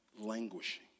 languishing